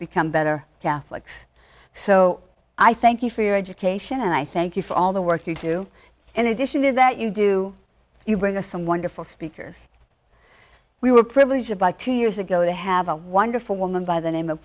become better catholics so i thank you for your education and i thank you for all the work you do in addition to that you do you bring us some wonderful speakers we were privileged by two years ago to have a wonderful woman by the name of